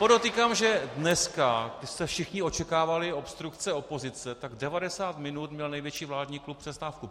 Podotýkám, že dneska jste všichni očekávali obstrukce opozice, tak 90 minut měl největší vládní klub přestávku.